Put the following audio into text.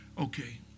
Okay